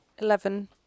Eleven